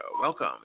Welcome